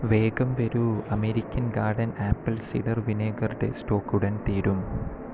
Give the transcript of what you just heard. വേഗം വരൂ American garden apple cider vinegar ടെ സ്റ്റോക് ഉടൻ തീരും